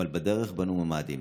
אבל בדרך בנו ממ"דים,